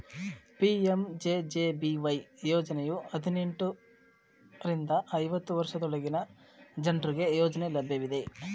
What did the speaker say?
PMJJBY ಯೋಜ್ನಯು ಹದಿನೆಂಟು ರಿಂದ ಐವತ್ತು ವರ್ಷದೊಳಗಿನ ಜನ್ರುಗೆ ಯೋಜ್ನ ಲಭ್ಯವಿದೆ